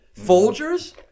Folgers